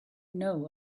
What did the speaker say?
know